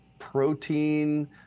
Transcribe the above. protein